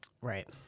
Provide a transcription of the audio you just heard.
Right